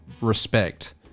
respect